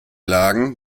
lagen